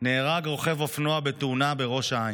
נהרג רוכב אופנוע בתאונה בראש העין.